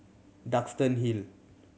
Duxton Hill